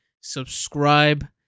Subscribe